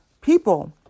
people